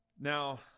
Now